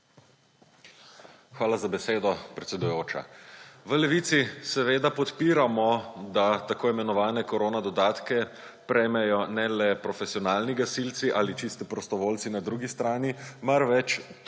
Hvala za besedo, predsedujoča. V Levici seveda podpiramo, da tako imenovane korona dodatke prejmejo ne le profesionalni gasilci ali čisti prostovoljci na drugi strani, marveč